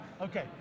Okay